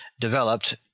developed